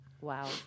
Wow